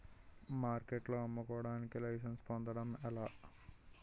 మార్కెట్లో అమ్ముకోడానికి లైసెన్స్ పొందడం ఎలా?